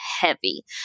heavy